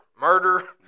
murder